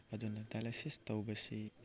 ꯑꯗꯨꯅ ꯗꯥꯏꯂꯥꯏꯁꯤꯁ ꯇꯧꯕꯁꯤ